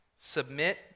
submit